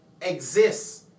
exists